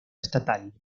estatal